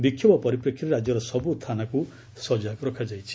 ବିକ୍ଷୋଭ ପରିପ୍ରେକ୍ଷୀରେ ରାଜ୍ୟର ସବ୍ର ଥାନାକୁ ସଜାଗ ରଖାଯାଇଛି